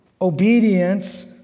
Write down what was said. Obedience